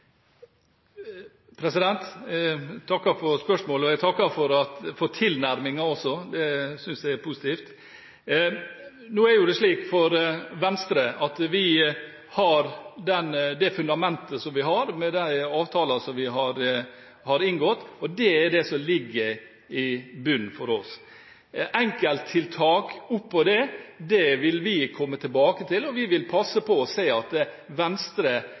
takker for spørsmålet. Jeg takker også for tilnærmingen. Det synes jeg er positivt. Nå er det jo slik for Venstre at vi har det fundamentet som vi har, med de avtaler som vi har inngått, og det er det som ligger i bunnen for oss. Enkelttiltak oppe på det vil vi komme tilbake til, og vi vil passe på at Venstres politikk og